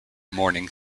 mourning